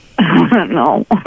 No